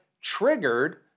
triggered